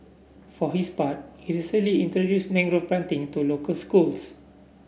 for his part he recently introduced mangrove planting to local schools